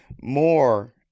more